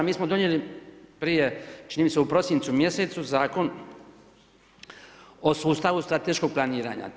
Mi smo donijeli prije čini mi se u prosincu mjesecu Zakon o sustavu strateškog planiranja.